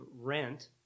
rent